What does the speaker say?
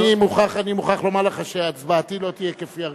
אני מוכרח לומר לך שהצבעתי לא תהיה כפי הרגשתי.